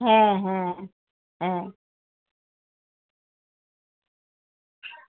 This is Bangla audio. হ্যাঁ হ্যাঁ হ্যাঁ